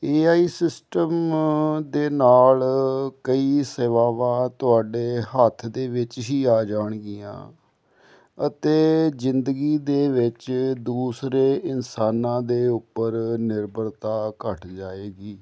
AI system ਦੇ ਨਾਲ ਕਈ ਸੇਵਾਵਾਂ ਤੁਹਾਡੇ ਹੱਥ ਦੇ ਵਿੱਚ ਹੀ ਆ ਜਾਣਗੀਆਂ ਅਤੇ ਜ਼ਿੰਦਗੀ ਦੇ ਵਿੱਚ ਦੂਸਰੇ ਇਨਸਾਨਾਂ ਦੇ ਉੱਪਰ ਨਿਰਭਰਤਾ ਘੱਟ ਜਾਏਗੀ